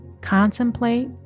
Contemplate